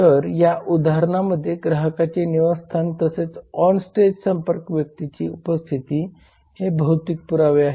तर या उदाहरणामध्ये ग्राहकाचे निवासस्थान तसेच ऑनस्टेज संपर्क व्यक्तीची उपस्थिती हे भौतिक पुरावे आहेत